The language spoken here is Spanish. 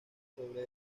sobre